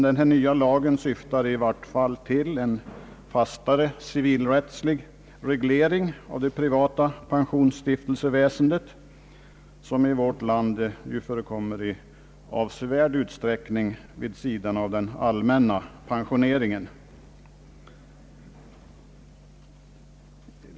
Den nya lagen syftar i vart fall till en fastare civilrättslig reglering av det privata pensionsstiftelseväsendet, som i vårt land i avsevärd utsträckning förekommer vid sidan av den allmänna pensioneringen.